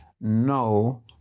no